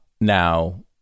now